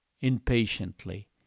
impatiently